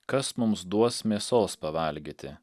kas mums duos mėsos pavalgyti